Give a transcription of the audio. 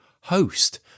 host